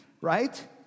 right